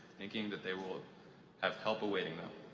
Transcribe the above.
thinking that they will have help awaiting them,